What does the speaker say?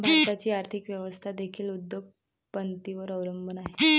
भारताची आर्थिक व्यवस्था देखील उद्योग पतींवर अवलंबून आहे